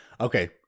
okay